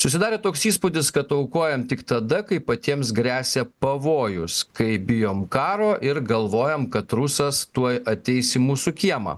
susidarė toks įspūdis kad aukojam tik tada kai patiems gresia pavojus kai bijom karo ir galvojam kad rusas tuoj ateis į mūsų kiemą